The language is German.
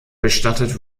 bestattet